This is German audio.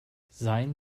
seien